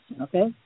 Okay